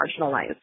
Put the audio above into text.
marginalized